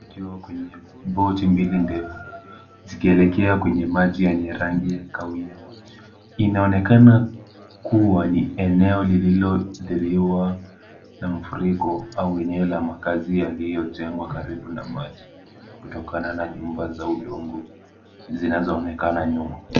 Ukiwa kwenye boti mbili ndefu, zikielekea kwenye maji yenye rangi ya kahawia, inaonekana kuwa ni eneo lililoathiriwa na mafuriko au eneo la makazi yaliyojengwa karibu na maji. Kutokana na nyumba za udongo, zinazaonekana nyuma.